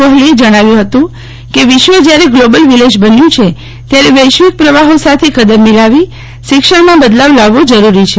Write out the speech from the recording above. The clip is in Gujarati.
કોહલીએ જણાવ્યું હતું કે વિશ્વ જ્યારે ગ્લોબલ વિલેજ બન્યું છે ત્યારે વૈશ્વિક પ્રવાહો સાથે કદમ મિલાવી શિક્ષણમાં બદલાવ લાવવો જરૂરી છે